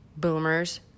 Boomers